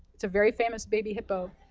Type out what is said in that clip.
it's a very famous baby hippo.